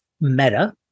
meta